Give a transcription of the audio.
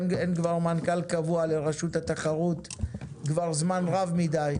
אין כבר מנכ"ל קבוע לרשות התחרות כבר זמן רב מדי.